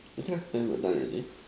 it can ten word done already